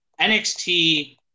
NXT